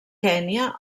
kenya